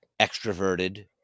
extroverted